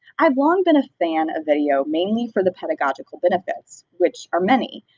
i've long been a fan of video mainly for the pedagogical benefits, which are many.